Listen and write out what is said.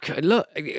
look